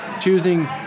choosing